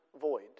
void